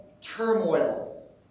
turmoil